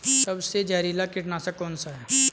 सबसे जहरीला कीटनाशक कौन सा है?